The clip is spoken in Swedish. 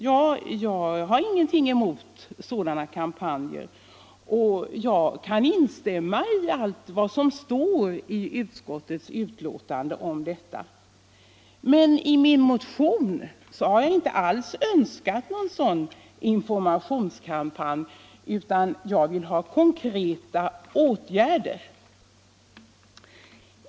Jag har ingenting emot sådana kampanjer, och jag kan instämma i allt vad som står i utskottets betänkande om detta, men i min motion har jag inte alls begärt någon sådan informationskampanj utan jag vill ha konkreta åtgärder.